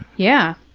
yeah.